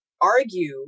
argue